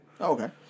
Okay